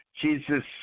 Jesus